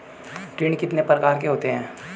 ऋण कितने प्रकार के होते हैं?